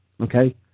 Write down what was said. okay